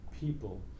people